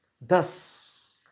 thus